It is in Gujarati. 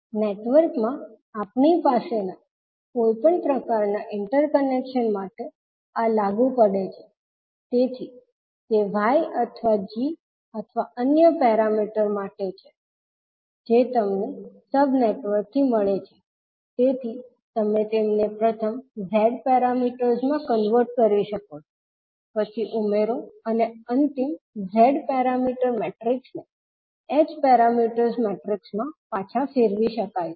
નેટવર્કમાં આપણી પાસેના કોઈપણ પ્રકારના ઇન્ટરકનેક્શન માટે આ લાગુ પડે છે તેથી તે y અથવા g અથવા અન્ય પેરામીટર માટે છે જે તમને સબ નેટવર્કથી મળે છે તેથી તમે તેમને પ્રથમ Z પેરામીટર્સ માં કન્વર્ટ કરી શકો પછી ઉમેરો અને અંતિમ Z પેરામીટર મેટ્રિક્સને h પેરામીટર્સ મેટ્રિક્સ માં પાછા ફેરવી શકાય છે